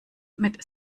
mit